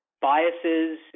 biases